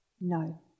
No